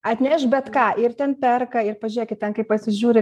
atneš bet ką ir ten perka ir pažiūrėkit ten kai pasižiūri